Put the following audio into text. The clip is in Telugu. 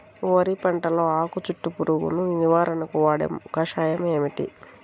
వరి పంటలో ఆకు చుట్టూ పురుగును నివారణకు వాడే కషాయం ఏమిటి?